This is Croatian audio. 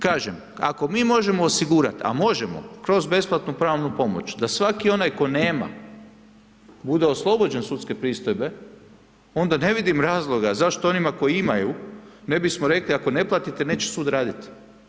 Kažem, ako mi možemo osigurati a možemo kroz besplatnu pravnu pomoć da svatko onaj tko nema bude oslobođen sudske pristojbe onda ne vidim razloga zašto onima koji imaju ne bismo rekli ako ne platite neće sud raditi.